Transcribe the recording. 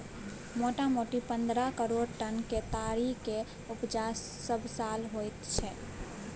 मोटामोटी पन्द्रह करोड़ टन केतारीक उपजा सबसाल होइत छै